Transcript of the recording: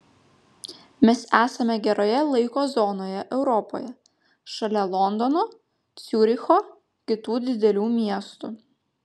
mes esame geroje laiko zonoje europoje šalia londono ciuricho kitų didelių miestų